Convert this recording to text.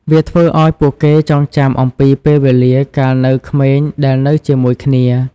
វាធ្វើឲ្យពួកគេចងចាំអំពីពេលវេលាកាលនៅក្មេងដែលនៅជាមួយគ្នា។